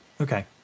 Okay